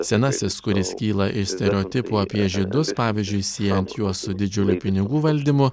senasis kuris kyla iš stereotipų apie žydus pavyzdžiui siejant juos su didžiuliu pinigų valdymu